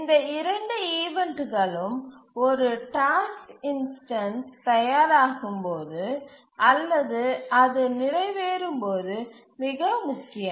இந்த இரண்டு ஈவண்ட்களும் ஒரு டாஸ்க் இன்ஸ்டன்ஸ் தயாராகும்போது அல்லது அது நிறைவேறும் போது மிக முக்கியம்